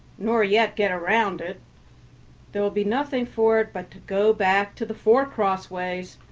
nor yet get round it there will be nothing for it, but to go back to the four crossways,